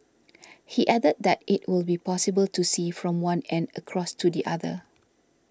he added that it will be possible to see from one end across to the other